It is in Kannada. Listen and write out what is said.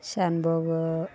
ಶಾನುಭೋಗ